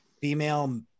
female